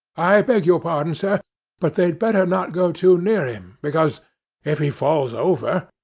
i beg your pardon, sir but they'd better not go too near him, because, if he falls over,